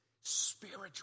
spiritual